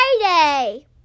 Friday